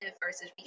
versus